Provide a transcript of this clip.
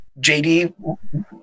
JD